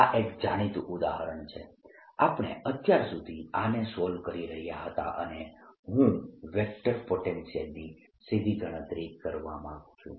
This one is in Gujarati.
આ એક જાણીતું ઉદાહરણ છે આપણે અત્યાર સુધી આને સોલ્વ કરી રહ્યા હતા અને હું વેક્ટર પોટેન્શિયલની સીધી ગણતરી કરવા માંગુ છું